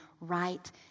right